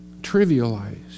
trivialized